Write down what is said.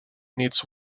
needs